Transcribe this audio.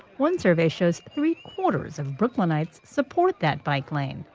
one survey shows three-quarters of brooklynites support that bike lane.